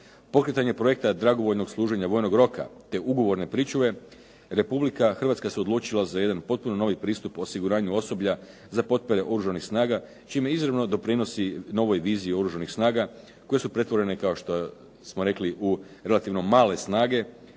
Pokretanje projekta dragovoljnog služenja vojnog roka te ugovorne pričuve Republika Hrvatska se odlučila za jedan potpuno novi pristup osiguranju osoblja za potpore Oružanih snaga čime izravno doprinosi novoj viziji Oružanih snaga koje su pretvorene kao što smo rekli u relativno male snage